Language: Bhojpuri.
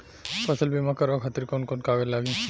फसल बीमा करावे खातिर कवन कवन कागज लगी?